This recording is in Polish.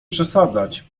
przesadzać